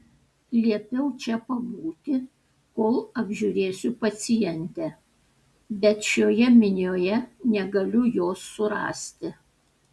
liepiau čia pabūti kol apžiūrėsiu pacientę bet šioje minioje negaliu jos surasti